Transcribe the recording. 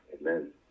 Amen